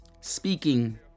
speaking